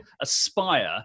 aspire